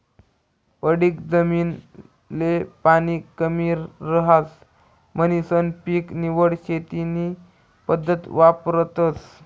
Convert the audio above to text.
पडीक जमीन ले पाणी कमी रहास म्हणीसन पीक निवड शेती नी पद्धत वापरतस